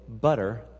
butter